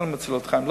כן מצילות חיים,